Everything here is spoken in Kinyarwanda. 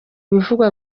bivugwa